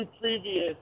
previous